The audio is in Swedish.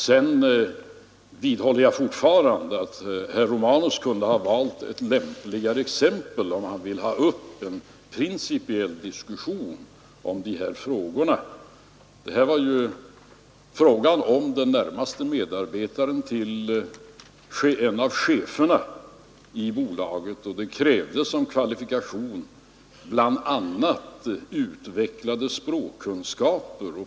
Jag vidhåller att herr Romanus kunde ha valt ett lämpligare exempel, om han ville ha en principiell diskussion om dessa frågor. Här rörde det sig om den närmaste medarbetaren till en av cheferna i bolaget, och som kvalifikation krävdes bl.a. utvecklade språkkunskaper.